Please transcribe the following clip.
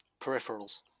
peripherals